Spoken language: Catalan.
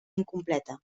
incompleta